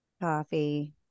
Coffee